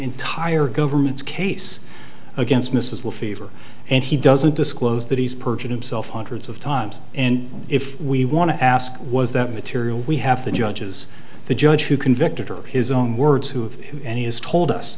entire government's case against mrs le fevre and he doesn't disclose that he's perjured himself hundreds of times and if we want to ask was that material we have the judges the judge who convicted her of his own words who and he has told us